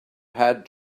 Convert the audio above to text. had